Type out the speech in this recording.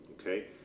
Okay